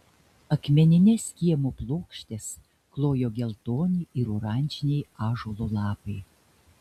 akmenines kiemo plokštes klojo geltoni ir oranžiniai ąžuolo lapai